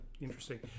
Interesting